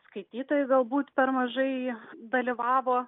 skaitytojai galbūt per mažai dalyvavo